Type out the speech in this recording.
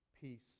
peace